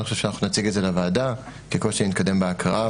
אני חושב שאנחנו נציג את זה לוועדה ככל שנתקדם בהקראה.